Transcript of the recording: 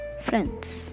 Friends